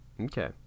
Okay